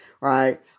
right